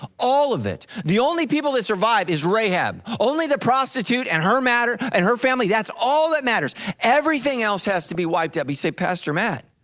all of it, the only people that survive is rahab, only the prostitute and her matter and her family that's all that matters. everything else has to be wiped up, he said pastor matt,